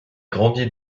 grandit